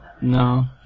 No